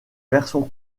version